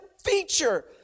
Feature